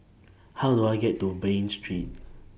How Do I get to Bain Street